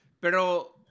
pero